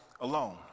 alone